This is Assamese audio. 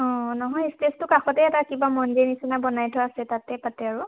অঁ নহয় ষ্টেজটো কাষতেই এটা কিবা মন্দিৰ নিচিনা বনাই থোৱা আছে তাতে পাতে আৰু